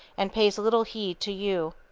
and pays little heed to you.